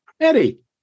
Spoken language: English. Eddie